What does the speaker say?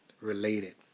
related